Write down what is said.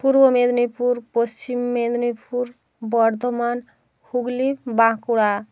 Purba Medinipur Paschim Medinipur Bardhaman Hooghly Bankura